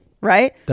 Right